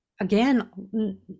again